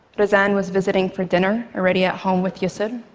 razan was visiting for dinner, already at home with yusor.